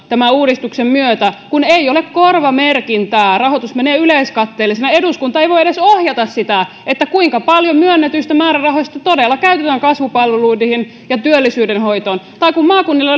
tämän uudistuksen myötä kun ei ole korvamerkintää rahoitus menee yleiskatteelle ja eduskunta ei voi edes ohjata sitä kuinka paljon myönnetyistä määrärahoista todella käytetään kasvupalveluihin ja työllisyydenhoitoon tai maakunnilla